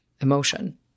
emotion